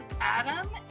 Adam